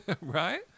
right